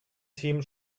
team